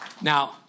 Now